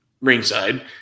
ringside